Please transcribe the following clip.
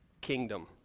kingdom